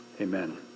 Amen